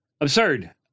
absurd